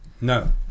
No